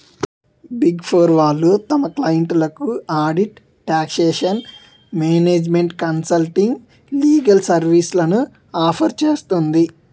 big four వాళ్ళు తమ క్లయింట్లకు audit, taxation, management consulting, legal సర్వీస్లను ఆఫర్ చేస్తుంది